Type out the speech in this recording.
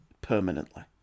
permanently